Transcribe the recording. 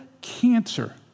cancer